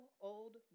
old